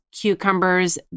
cucumbers